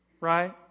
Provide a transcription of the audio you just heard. Right